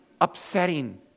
upsetting